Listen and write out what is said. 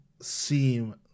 seem